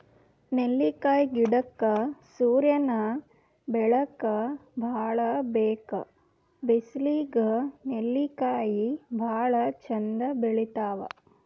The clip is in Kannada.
ನೆಲ್ಲಿಕಾಯಿ ಗಿಡಕ್ಕ್ ಸೂರ್ಯನ್ ಬೆಳಕ್ ಭಾಳ್ ಬೇಕ್ ಬಿಸ್ಲಿಗ್ ನೆಲ್ಲಿಕಾಯಿ ಭಾಳ್ ಚಂದ್ ಬೆಳಿತಾವ್